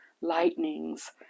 lightnings